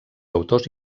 autors